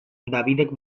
dabidek